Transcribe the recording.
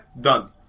done